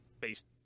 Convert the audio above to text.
based